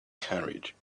carriage